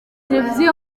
televiziyo